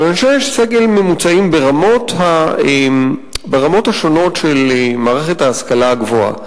אבל אנשי סגל ממוצעים ברמות השונות של מערכת ההשכלה גבוהה,